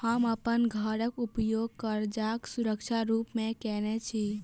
हम अप्पन घरक उपयोग करजाक सुरक्षा रूप मेँ केने छी